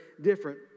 different